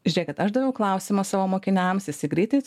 žiūrėkit aš daviau klausimą savo mokiniams visi greitai